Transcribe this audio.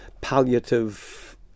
palliative